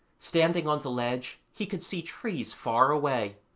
standing on the ledge he could see trees far away,